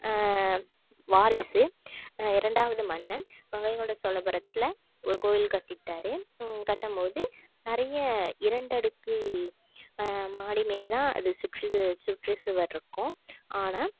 வாரிசு இரண்டாவது மன்னன் கங்கை கொண்ட சோழபுரத்தில் ஒரு கோயில் கட்டிவிட்டாரு கட்டும்மோது நிறைய இரண்டடுக்கு மாடிமாரிதான் அதை சுற்றிது சுற்றுச்சுவரிருக்கும் ஆனால்